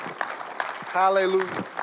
Hallelujah